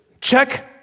Check